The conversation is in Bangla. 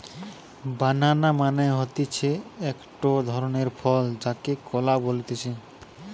বানানা মানে হতিছে একটো ধরণের ফল যাকে কলা বলতিছে